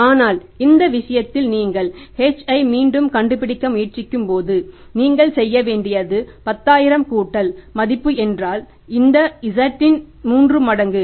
ஆனால் இந்த விஷயத்தில் நீங்கள் h ஐ மீண்டும் கண்டுபிடிக்க முயற்சிக்கும்போது நீங்கள் செய்ய வேண்டியது 10000 கூட்டல் மதிப்பு என்றால் இந்த z இன் 3 மடங்கு